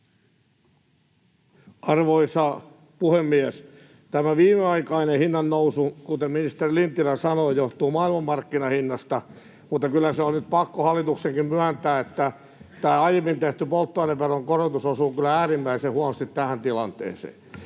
Arvoisa puhemies! Tämä viimeaikainen hinnannousu, kuten ministeri Lintilä sanoi, johtuu maailmanmarkkinahinnasta, mutta kyllä se on nyt pakko hallituksenkin myöntää, että tämä aiemmin tehty polttoaineveron korotus osuu kyllä äärimmäisen huonosti tähän tilanteeseen.